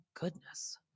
goodness